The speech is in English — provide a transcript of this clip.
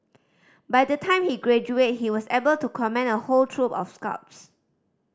by the time he graduated he was able to command a whole troop of scouts